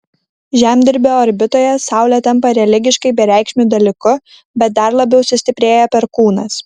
žemdirbio orbitoje saulė tampa religiškai bereikšmiu dalyku bet dar labiau sustiprėja perkūnas